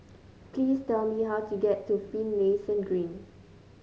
please tell me how to get to Finlayson Green